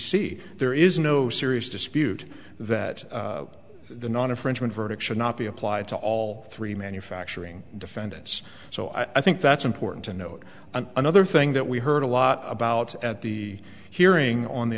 c there is no serious dispute that the non infringement verdict should not be applied to all three manufacturing defendants so i think that's important to note and another thing that we heard a lot about at the hearing on the